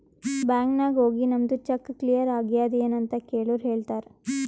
bank ನಾಗ್ ಹೋಗಿ ನಮ್ದು ಚೆಕ್ ಕ್ಲಿಯರ್ ಆಗ್ಯಾದ್ ಎನ್ ಅಂತ್ ಕೆಳುರ್ ಹೇಳ್ತಾರ್